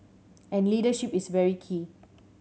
and leadership is very key